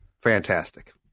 fantastic